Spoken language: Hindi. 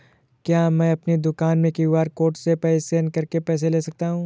क्या मैं अपनी दुकान में क्यू.आर कोड से स्कैन करके पैसे ले सकता हूँ?